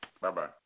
Bye-bye